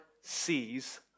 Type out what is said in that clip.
sees